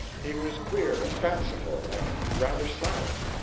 he was queer and fanciful, and rather silent.